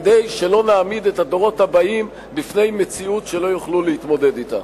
כדי שלא נעמיד את הדורות הבאים בפני מציאות שלא יוכלו להתמודד אתה.